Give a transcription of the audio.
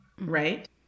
right